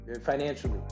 financially